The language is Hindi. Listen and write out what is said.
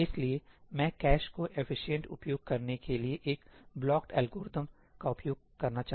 इसलिए मैं कैश को एफिशिएंटefficientउपयोग करने के लिए एक ब्लॉक्ड एल्गोरिदम का उपयोग करना चाहता हूं